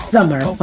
Summer